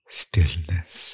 stillness